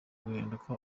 guhinduka